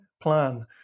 plan